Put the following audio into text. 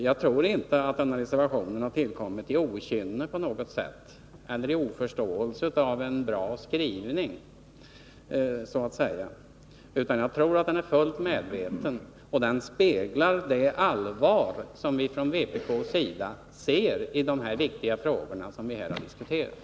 Jag anser inte att vår reservation har tillkommit av okynne eller därför att vi inte skulle förstå en bra skrivning. Reservationen är medvetet skriven för att spegla det allvar med vilket vpk ser på de viktiga frågor som här har diskuterats.